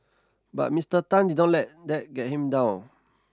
but Mister Tan did not let that get him down